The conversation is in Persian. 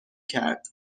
کرد